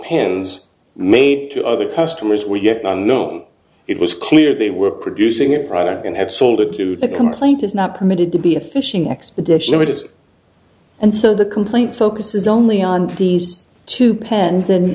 pens made to other customers we get on no it was clear they were producing a product and have sold it to the complaint is not permitted to be a fishing expedition it is and so the complaint focuses only on these two pens and